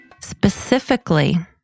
Specifically